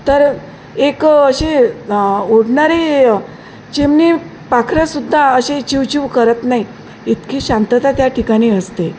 तर एक असे उडणारीे चिमणी पाखरंसुद्धा अशी चिव चिव करत नाही इतकी शांतता त्या ठिकाणी असते